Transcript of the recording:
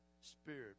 Spirit